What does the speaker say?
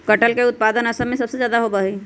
कटहल के उत्पादन असम में सबसे ज्यादा होबा हई